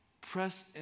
press